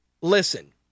Listen